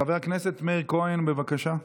חבר הכנסת מאיר כהן, בבקשה.